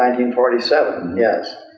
i mean forty seven, yes.